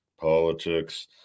politics